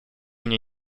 мне